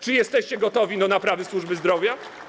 Czy jesteście gotowi do naprawy służby zdrowia?